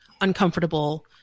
uncomfortable